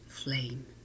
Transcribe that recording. flame